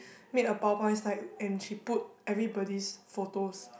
made a PowerPoint slide and she put everybody's photos